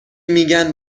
میگن